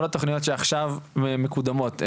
כל התוכניות שעכשיו מקודמות,